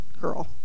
girl